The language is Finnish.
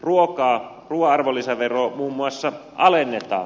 ruuan arvonlisäveroa muun muassa alennetaan